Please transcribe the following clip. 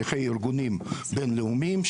שליחי ארגונים בינלאומיים.